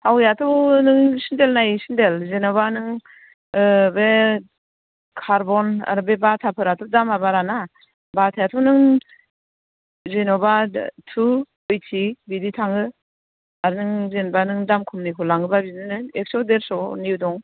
हावैयाथ' नों सेन्देल नायै सेन्देल जेन'बा नों बे कार्बन आर बे बाताफोराथ' दामा बाराना बातायाथ' नों जेन'बा टु एइटि बिदि थाङो आर नों जेन'बा नों दाम खमनिखौ लाङोबा बिदिनो एक्स' देरस'नि दं